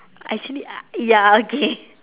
actually ya okay